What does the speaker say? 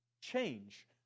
change